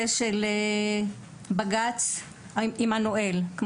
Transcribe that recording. בנושא של בג״ץ עמנואל.